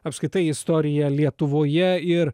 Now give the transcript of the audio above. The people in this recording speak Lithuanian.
apskritai istorija lietuvoje ir